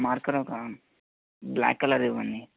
marker ఒక black colour ఇవ్వండి